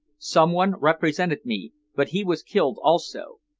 someone represented me but he was killed also.